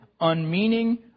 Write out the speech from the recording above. unmeaning